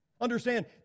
Understand